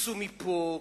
קיבצו מפה,